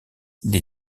des